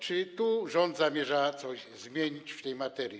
Czy rząd zamierza coś zmienić w tej materii?